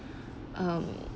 um